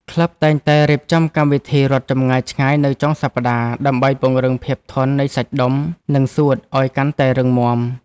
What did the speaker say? ក្លឹបតែងតែរៀបចំកម្មវិធីរត់ចម្ងាយឆ្ងាយនៅចុងសប្តាហ៍ ដើម្បីពង្រឹងភាពធន់នៃសាច់ដុំ និងសួតឱ្យកាន់តែរឹងមាំ។